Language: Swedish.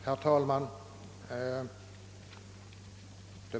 Herr talman!